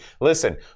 Listen